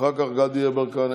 אחר כך גדי יברקן.